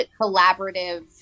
collaborative